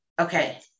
okay